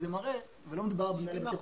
ולא מדובר במנהלי בתי חולים זה מראה.